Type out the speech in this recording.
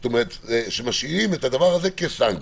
זאת אומרת, שמשאירים את הדבר הזה כסנקציה.